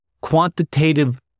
quantitative